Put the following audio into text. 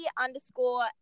underscore